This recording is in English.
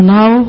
now